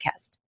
podcast